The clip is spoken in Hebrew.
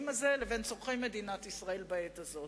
הזה לבין צורכי מדינת ישראל בעת הזאת?